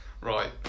Right